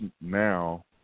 now